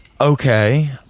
Okay